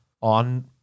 on